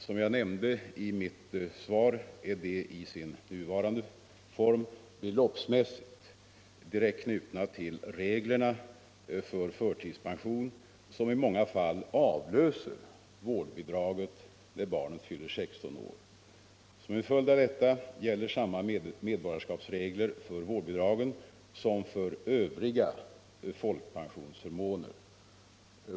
Som jag nämnde i mitt svar är det i sin nuvarande form beloppsmässigt direkt knutet till reglerna för förtidspension, som i många fall avlöser vårdbidraget när barnet fyller 16 år. Som en följd av detta gäller samma medborgarskapsregler för vårdbidraget som för övriga folkpensionsförmåner.